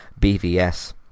BVS